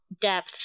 Depth